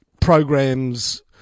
programs